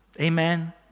Amen